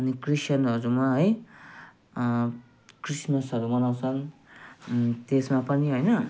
अनि क्रिस्चियनहरूमा है क्रिसमसहरू मनाउँछन् त्यसमा पनि होइन